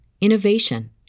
innovation